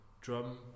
drum